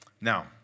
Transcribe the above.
Now